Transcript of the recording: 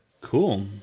Cool